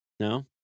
No